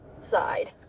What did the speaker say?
side